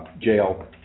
jail